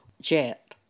jet